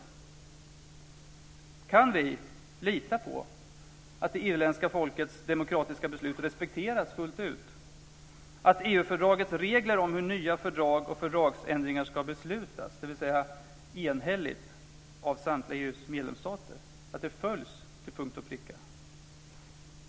Kan vi lita på att det irländska folkets demokratiska beslut respekteras fullt ut och att EU-fördragets regler om hur nya fördrag och fördragsändringar ska beslutas om, dvs. enhälligt av EU:s samtliga medlemsstater, följs till punkt och pricka?